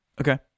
Okay